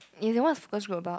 you don't want to splurge about